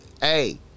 Hey